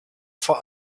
vor